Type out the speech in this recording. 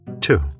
two